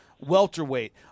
welterweight